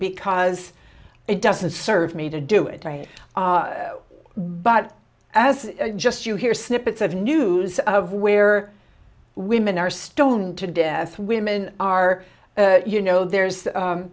because it doesn't serve me to do it but as just you hear snippets of news of where women are stoned to death women are you know there's